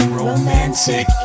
romantic